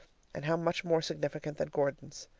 and how much more significant than gordon's.